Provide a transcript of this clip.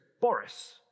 Boris